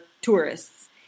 tourists